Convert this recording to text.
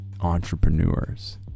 entrepreneurs